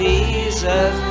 Jesus